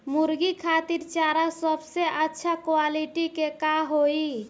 मुर्गी खातिर चारा सबसे अच्छा क्वालिटी के का होई?